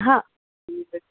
हा किञ्चित्